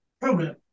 program